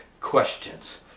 questions